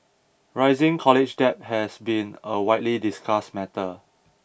rising college debt has been a widely discussed matter